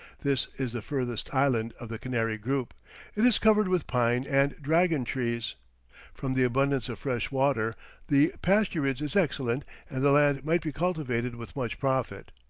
this is the furthest island of the canary group it is covered with pine and dragon-trees from the abundance of fresh water the pasturage is excellent and the land might be cultivated with much profit.